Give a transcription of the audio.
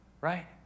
right